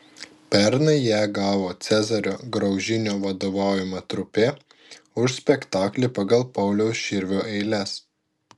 pernai ją gavo cezario graužinio vadovaujama trupė už spektaklį pagal pauliaus širvio eiles